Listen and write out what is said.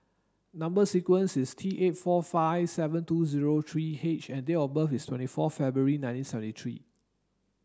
number sequence is T eight four five seven two zero three H and date of birth is twenty four February nineteen seventy three